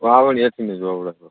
વાવણી એકની જ હોં હમણાં તો